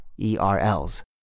ERLs